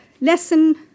Lesson